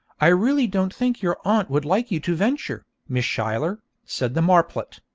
i really don't think your aunt would like you to venture, miss schuyler said the marplot.